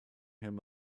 him